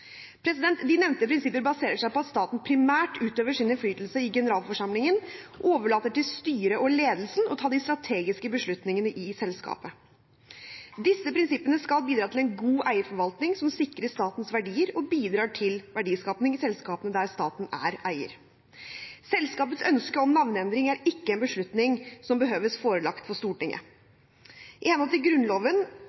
De nevnte prinsipper baserer seg på at staten primært utøver sin innflytelse i generalforsamlingen og overlater til styret og ledelsen å ta de strategiske beslutningene i selskapet. Disse prinsippene skal bidra til en god eierforvaltning som sikrer statens verdier og bidrar til verdiskaping i selskapene der staten er eier. Selskapets ønske om navneendring er ikke en beslutning som behøves forelagt for Stortinget.